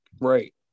Right